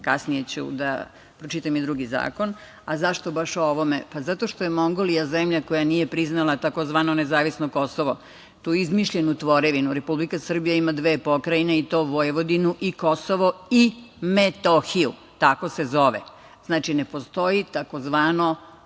kasnije ću da pročitam i drugi zakon.Zašto baš o ovome? Zato što je Mongolija zemlja koja nije priznala tzv. „nezavisno Kosovo“, tu izmišljenu tvorevinu. Republika Srbija ima dve pokrajine i to Vojvodinu i Kosovo i Metohiju, tako se zove. Znači, ne postoji tzv.